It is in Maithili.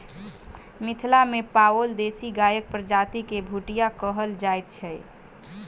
मिथिला मे पाओल देशी गायक प्रजाति के भुटिया कहल जाइत छै